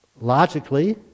logically